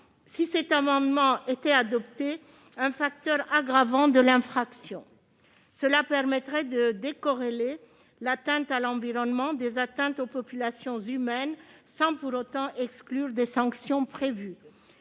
si cet amendement était adopté, un facteur aggravant de l'infraction. Cela permettrait de décorréler l'atteinte à l'environnement de l'atteinte aux populations humaines, sans pour autant exclure les sanctions prévues.